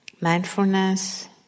mindfulness